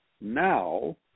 now